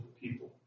people